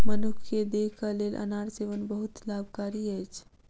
मनुख के देहक लेल अनार सेवन बहुत लाभकारी अछि